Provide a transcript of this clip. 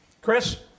Chris